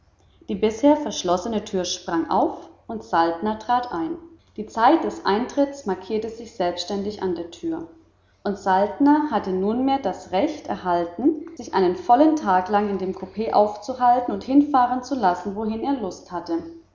die bisher verschlossene tür sprang auf und saltner trat ein die zeit des eintritts markierte sich selbsttätig an der tür und saltner hatte nunmehr das recht erhalten sich einen vollen tag lang in dem coup aufzuhalten und hinfahren zu lassen wohin er lust hatte